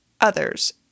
others